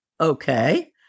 okay